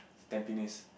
Tampines